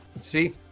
see